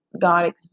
God